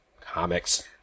comics